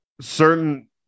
certain